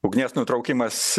ugnies nutraukimas